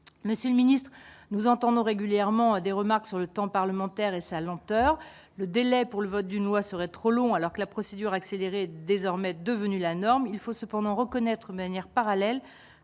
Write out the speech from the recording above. monsieur le Ministre, nous entendons régulièrement des remarques sur le temps parlementaire et sa lenteur, le délai pour le vote d'une loi serait trop long, alors que la procédure accélérée désormais devenu la norme, il faut cependant reconnaître manière parallèle